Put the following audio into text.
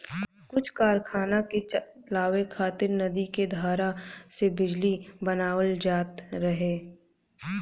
कुछ कारखाना के चलावे खातिर नदी के धारा से बिजली बनावल जात रहे